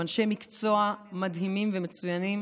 שהם אנשי מקצוע מדהימים ומצוינים,